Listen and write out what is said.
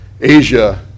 Asia